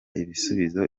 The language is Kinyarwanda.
ibisubizo